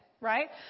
right